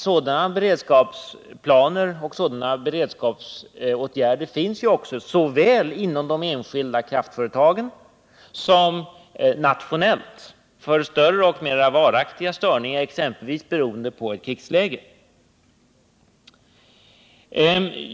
Sådana beredskapsplaner och beredskapsåtgärder finns ju också såväl inom de enskilda kraftföretagen som nationellt för större och mera varaktiga störningar, exempelvis beroende på ett krigsläge.